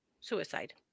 suicide